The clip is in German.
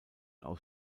aus